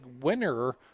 winner